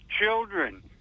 children